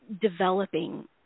developing